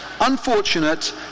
unfortunate